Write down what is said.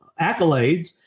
accolades